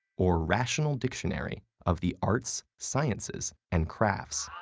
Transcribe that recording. or rational dictionary of the arts, sciences, and crafts.